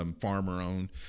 farmer-owned